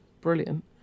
brilliant